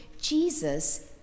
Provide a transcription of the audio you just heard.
jesus